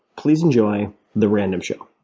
please enjoy the random show.